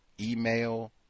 email